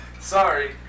Sorry